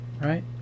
Right